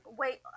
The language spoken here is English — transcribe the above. wait